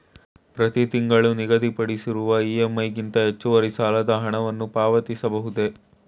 ಪ್ರತಿ ತಿಂಗಳು ನಿಗದಿಪಡಿಸಿರುವ ಇ.ಎಂ.ಐ ಗಿಂತ ಹೆಚ್ಚುವರಿ ಸಾಲದ ಹಣವನ್ನು ಪಾವತಿಸಬಹುದೇ?